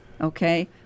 okay